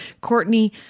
Courtney